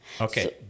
Okay